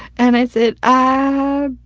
and i said, ah,